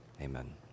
amen